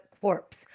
corpse